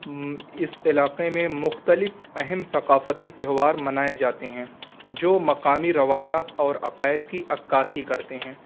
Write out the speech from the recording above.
اس علاقے میں مختلف اہم ثقافتی تہوار منائے جاتے ہیں جو مقامی روایات اور عقائد کی عکاسی کرتے ہیں